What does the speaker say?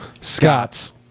Scott's